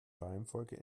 reihenfolge